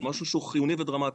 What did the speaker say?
דבר שהוא חיוני ודרמטי.